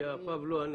אני